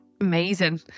Amazing